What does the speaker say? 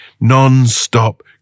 non-stop